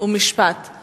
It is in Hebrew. חוק ומשפט נתקבלה.